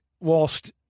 whilst